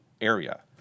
area